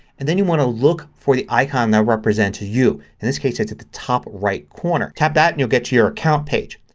and then you want to look for the icon that represents you. in this case it's at the top right corner. tap that and you'll get to your account page.